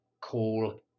call